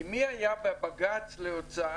כי מי היה בבג"צ להוצאת